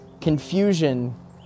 confusion